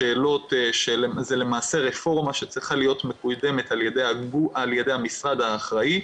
זו למעשה רפורמה שצריכה להיות מקודמת על ידי המשרד האחראי,